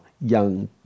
young